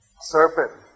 serpent